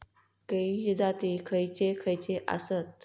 केळीचे जाती खयचे खयचे आसत?